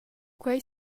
quei